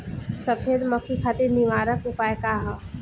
सफेद मक्खी खातिर निवारक उपाय का ह?